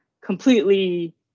completely